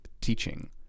teaching